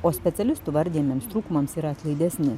o specialistų vardijamiems trūkumams yra atlaidesni